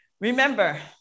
Remember